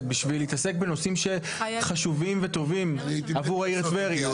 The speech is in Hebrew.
בשביל להתעסק בנושאים שחשובים וטובים עבור העיר טבריה,